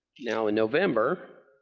now, in november